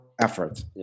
effort